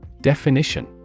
Definition